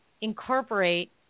incorporate